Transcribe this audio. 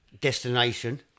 destination